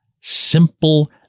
simple